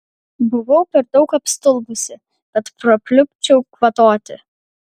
buvau per daug apstulbusi kad prapliupčiau kvatoti